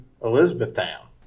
Elizabethtown